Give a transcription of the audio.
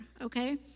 okay